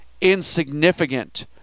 insignificant